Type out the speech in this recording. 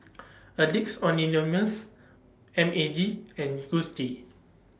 Addicts Anonymous M A G and Gucci